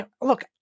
look